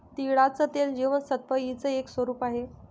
तिळाचं तेल जीवनसत्व ई च एक स्वरूप आहे